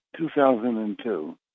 2002